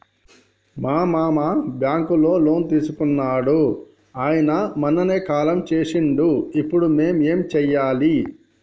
మా మామ బ్యాంక్ లో లోన్ తీసుకున్నడు అయిన మొన్ననే కాలం చేసిండు ఇప్పుడు మేం ఏం చేయాలి?